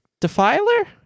Defiler